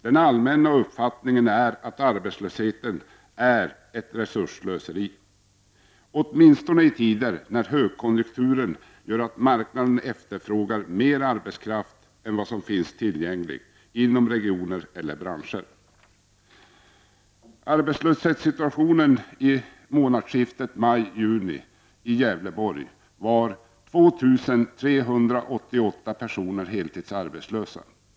Den allmänna uppfattningen är att arbetslöshet är ett resursslöseri, åtminstone i tider när högkonjunkturen gör att marknaden efterfrågar mer arbetskraft än vad som finns tillgänglig inom regioner eller branscher. Vid månadsskiftet maj-juni var 2 388 personer heltidsarbetslösa i Gävleborgs län.